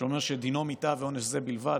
שאומר שדינו מיתה ועונש זה בלבד.